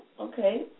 okay